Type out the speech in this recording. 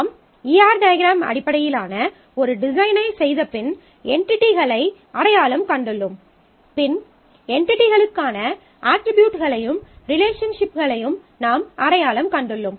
நாம் ER diagram அடிப்படையிலான ஒரு டிசைனைச் செய்தபின் என்டிடிகளை அடையாளம் கண்டுள்ளோம் பின் என்டிடிகளுக்கான அட்ரிபியூட்களையும் ரிலேஷன்ஷிப்களையும் நாம் அடையாளம் கண்டுள்ளோம்